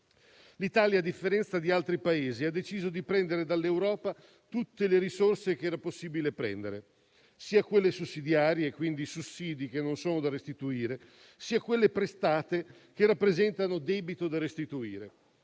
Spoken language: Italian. l'Italia, a differenza di altri Paesi, ha deciso di prendere dall'Europa tutte le risorse che era possibile prendere, sia quelle sussidiarie, e quindi i sussidi che non sono da restituire, sia quelle prestate, che rappresentano debito da restituire.